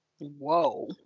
Whoa